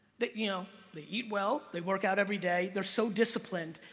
that you know, they eat well, they work out everyday, they're so disciplined,